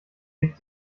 legt